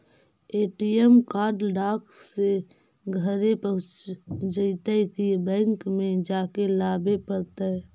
ATM card डाक से घरे पहुँच जईतै कि बैंक में जाके लाबे पड़तै?